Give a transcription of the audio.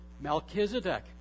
Melchizedek